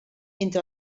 entre